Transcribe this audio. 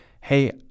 hey